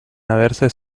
haberse